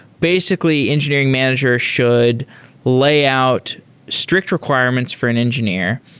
basically, engineering managers should layout strict requirements for an engineer,